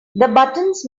buttons